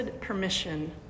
permission